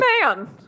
man